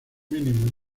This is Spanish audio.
mínimos